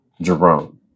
Jerome